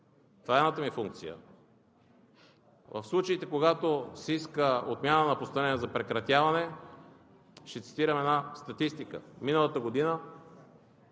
това е едната ми функция. В случаите, когато се иска отмяна на постановление за прекратяване. Ще цитирам една статистика – миналата година